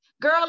girl